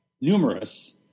numerous